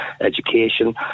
education